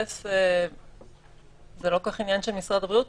זה לא כל כך עניין של משרד הבריאות,